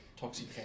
toxic